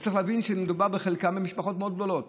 וצריך להבין שמדובר בחלקן במשפחות מאוד גדולות.